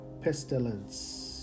Pestilence